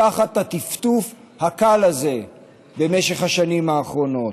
מתחת הטפטוף הקל הזה במשך השנים האחרונות.